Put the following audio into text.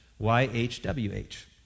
Y-H-W-H